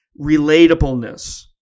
relatableness